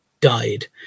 died